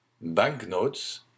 Banknotes